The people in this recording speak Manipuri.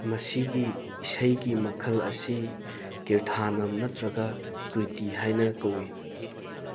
ꯃꯁꯤꯒꯤ ꯏꯁꯩꯒꯤ ꯃꯈꯜ ꯑꯁꯤ ꯀꯤꯔꯊꯥꯅꯝ ꯅꯠꯇ꯭ꯔꯒ ꯀ꯭ꯔꯤꯇꯤ ꯍꯥꯏꯅ ꯀꯧꯏ